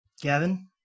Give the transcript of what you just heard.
Gavin